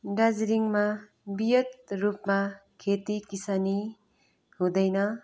दार्जिलिङमा बृहत् रूपमा खेती किसानी हुँदैन